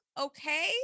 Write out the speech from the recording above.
Okay